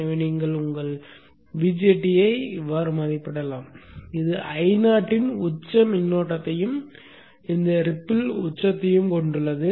எனவே நீங்கள் உங்கள் BJT ஐ மதிப்பிடலாம் இது Io இன் உச்ச மின்னோட்டத்தையும் இந்த ரிப்பில் உச்சத்தையும் கொண்டுள்ளது